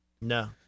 No